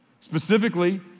Specifically